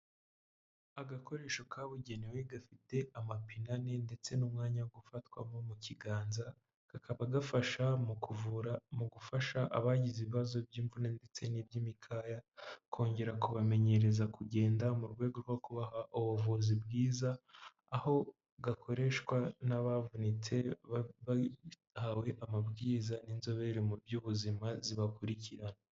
Agakoresho kabugenewe gafite amapine ane ndetse n'umwanya wo gufatwamo ikiganza, kakaba gafasha mu kuvura, mu gufasha abagize ibibazo by'imvune ndetse n'iby'imikaya, kongera kubamenyereza kugenda mu rwego rwo kubaha ubuvuzi bwiza aho gakoreshwa n'abavunitse, bahawe amabwiriza n'inzobere mu by'ubuzima zibakurirana.